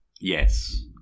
Yes